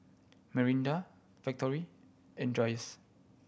Mirinda Factorie and Dreyers